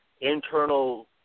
internal –